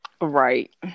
right